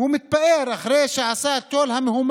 הוא מתפאר, אחרי שעשה את כל המהומה